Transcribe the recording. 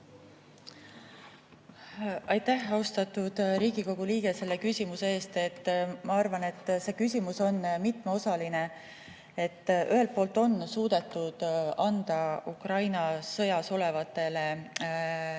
Aitäh, austatud Riigikogu liige, selle küsimuse eest! Ma arvan, et see probleem on mitmeosaline. Ühelt poolt on suudetud anda Ukraina sõjas olevatele